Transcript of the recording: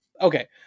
okay